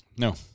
No